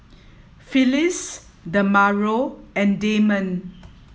Phyllis Demario and Damond